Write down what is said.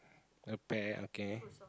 a pear okay